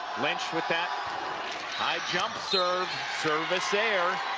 lynch with that high jump serve service air.